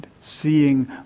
seeing